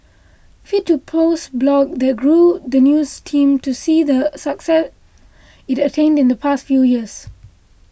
fit to Post blog that grew the news team to see the success it attained in the past few years